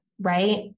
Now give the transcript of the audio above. right